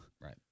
right